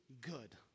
good